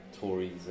Tories